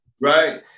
Right